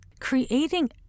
Creating